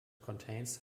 contains